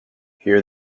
here